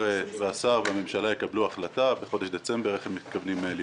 והשר והממשלה יקבלו החלטה בחודש דצמבר איך הם מתכוונים לפעול.